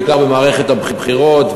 בעיקר במערכת הבחירות,